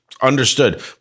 understood